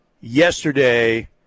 yesterday